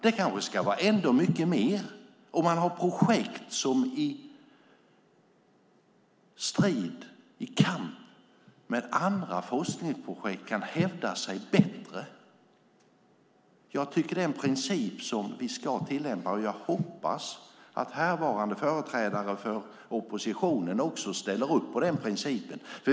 Det kanske ska vara mycket mer om man har projekt som i kamp med andra forskningsprojekt kan hävda sig bättre. Jag tycker att det är den princip som vi ska tillämpa, och jag hoppas att härvarande företrädare för oppositionen också ställer upp på den principen.